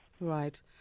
Right